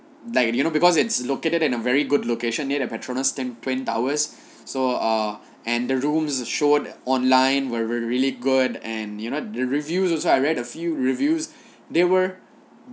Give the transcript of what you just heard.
like you know because it's located in a very good location near the petronas twin towers so ah and the rooms showed online were really good and you know the reviews also I read a few reviews they were